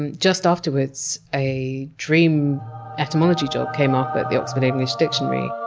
and just afterwards a dream etymology job came up at the oxford english dictionary.